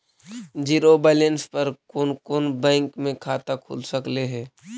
Zero balance पर कोन कोन बैंक में खाता खुल सकले हे?